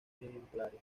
ejemplares